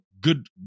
good